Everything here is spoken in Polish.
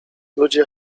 ludzie